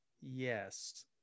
Yes